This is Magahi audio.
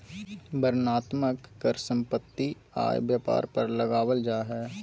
वर्णनात्मक कर सम्पत्ति, आय, व्यापार पर लगावल जा हय